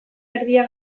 erdia